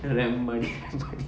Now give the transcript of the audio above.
the remnants